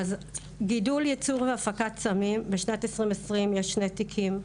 גידול, ייצור והפקת סמים, בשנת 2022 יש שני תיקים.